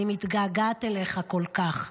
אני מתגעגעת אליך כל כך,